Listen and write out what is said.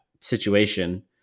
situation